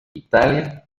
italia